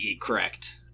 Correct